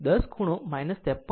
આમ આ 10 ખૂણો 53